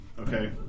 Okay